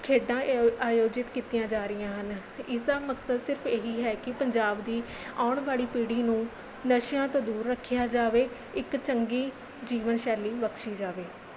ਖੇਡਾਂ ਅਯੋ ਆਯੋਜਿਤ ਕੀਤੀਆਂ ਜਾ ਰਹੀਆਂ ਹਨ ਇਸਦਾ ਮਕਸਦ ਸਿਰਫ ਇਹ ਹੀ ਹੈ ਕਿ ਪੰਜਾਬ ਦੀ ਆਉਣ ਵਾਲੀ ਪੀੜ੍ਹੀ ਨੂੰ ਨਸ਼ਿਆਂ ਤੋਂ ਦੂਰ ਰੱਖਿਆ ਜਾਵੇ ਇੱਕ ਚੰਗੀ ਜੀਵਨਸ਼ੈਲੀ ਬਖਸ਼ੀ ਜਾਵੇ